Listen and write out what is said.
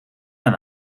aan